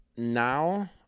now